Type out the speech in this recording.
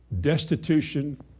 destitution